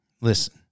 Listen